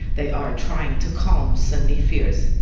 they are trying to calm sunni fears.